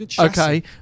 okay